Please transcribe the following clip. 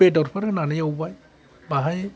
बेदरफोर होन्नानै एवबाय बाहाय